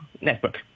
network